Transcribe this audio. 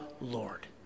Lord